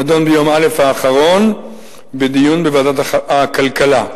נדון ביום א' האחרון בוועדת הכלכלה.